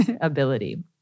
ability